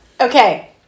Okay